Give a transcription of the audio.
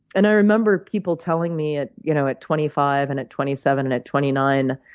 and i remember people telling me, at you know at twenty five and at twenty seven and at twenty nine,